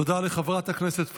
תודה לחברת הכנסת פרידמן.